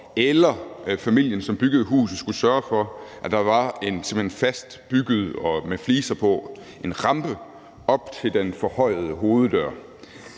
skulle familien, som byggede huset, sørge for, at der var en fastbygget rampe med fliser på op til den forhøjede hoveddør.